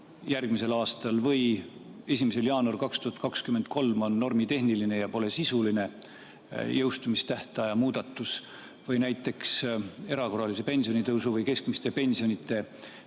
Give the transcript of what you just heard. järgmisel aastal või 1. jaanuaril 2023 on normitehniline, mitte sisuline jõustumistähtaja muudatus? Või näiteks erakorralise pensionitõusu või keskmiste pensionide tulumaksust